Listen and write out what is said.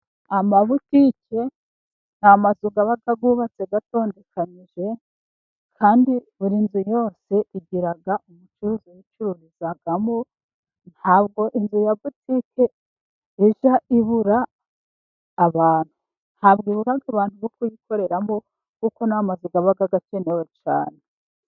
Amabutike ni amazu aba yubatse atondekanyije kandi buri nzu yose igira umucuruzi uyicururizamo. Ntabwo inzu ya butike ijya ibura abantu. Ntabwo ibura abantu bo kuyikoreramo, kuko ni amazu aba akenewe cyane.